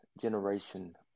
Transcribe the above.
generation